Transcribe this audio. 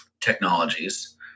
technologies